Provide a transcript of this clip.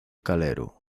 calero